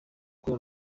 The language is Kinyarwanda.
kuri